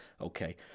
okay